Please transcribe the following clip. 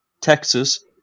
Texas